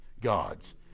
gods